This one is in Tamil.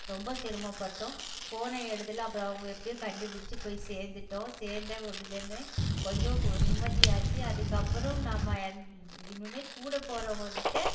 ரொம்ப சிரமப்பட்டோம் போன இடத்துல அப்புறம் அவங்க எப்படியோ கண்டுபிடிச்சி போய் சேர்ந்துட்டோம் சேர்ந்த உடனே கொஞ்சம் நிம்மதி ஆச்சு அதுக்கப்புறம் நம்ம இனிமேல் கூட போகிறவங்கக்கிட்ட